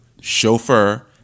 chauffeur